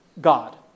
God